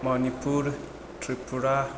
Manipur Tripura